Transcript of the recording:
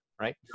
right